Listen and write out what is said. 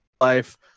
Life